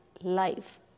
life